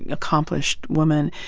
accomplished woman.